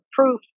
proof